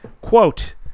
quote